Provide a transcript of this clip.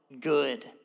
good